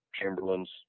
Chamberlain's